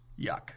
Yuck